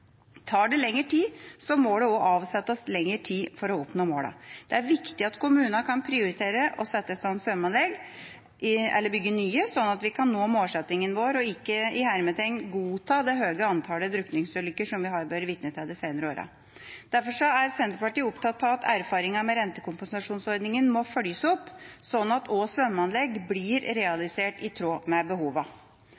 Tar det lengre tid, må det også avsettes lengre tid for å oppnå målene. Det er viktig at kommunene kan prioritere å sette i stand svømmeanlegg eller bygge nye, slik at vi kan nå målsettinga vår og ikke «godta» det høye antallet drukningsulykker som vi har vært vitne til de senere åra. Derfor er Senterpartiet opptatt av at erfaringene med rentekompensasjonsordninga må følges opp, slik at også svømmeanlegg blir realisert i tråd med